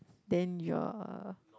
then your